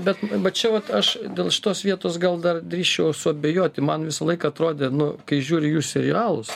bet va čia vat aš dėl šitos vietos gal dar drįsčiau suabejoti man visą laiką atrodė nu kai žiūri jų serialus